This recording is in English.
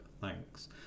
Thanks